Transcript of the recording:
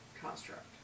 construct